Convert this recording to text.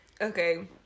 okay